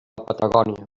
patagònia